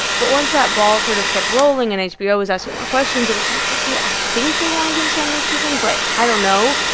but once that ball sort of kept rolling and hbo was asking more questions, it was like, ok. think they want to give us and another season, but i don't know,